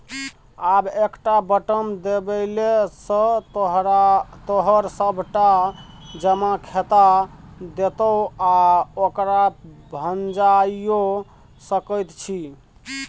आब एकटा बटम देबेले सँ तोहर सभटा जमा देखा देतौ आ ओकरा भंजाइयो सकैत छी